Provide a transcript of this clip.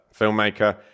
filmmaker